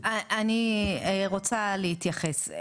אני רוצה להתייחס,